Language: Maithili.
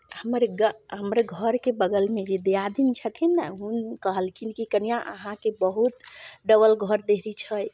हमर गा हमर घरके बगलमे जे दियादनी छथिन ने ओ कहलखिन की कनिआँ अहाँके बहुत डबल घर देहरी छै